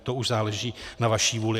To už záleží na vaší vůli.